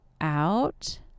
out